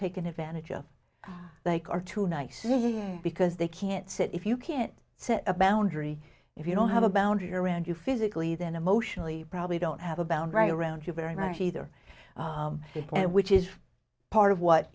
taken advantage of like are too nice because they can't sit if you can't set a boundary if you don't have a boundary around you physically then emotionally probably don't have a boundary around you very much either which is part of what